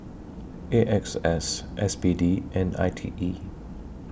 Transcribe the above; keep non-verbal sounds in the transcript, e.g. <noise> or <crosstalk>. <noise> A X S S B D and I T E